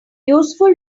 useful